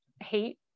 hate